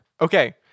Okay